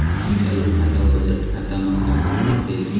चालू खाता अउ बचत खाता म का अंतर हे?